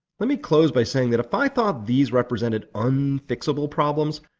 let me close by saying that if i thought these represented unfixable problems,